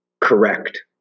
Correct